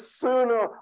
sooner